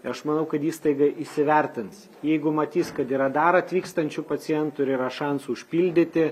ir aš manau kad įstaiga įsivertins jeigu matys kad yra dar atvykstančių pacientų ir yra šansų užpildyti